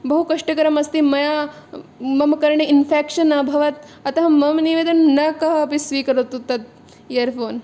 बहुकष्टकरमस्ति मया मम कर्णे इन्फ़ेक्शन् अभवत् अतः मम् निवेदनं न कः अपि स्वीकरोतु तत् इयर्फ़ोन्